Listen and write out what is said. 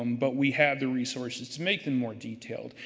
um but we have the resources to make them more detailed.